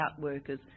outworkers